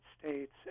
States